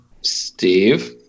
Steve